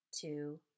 two